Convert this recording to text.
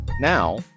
now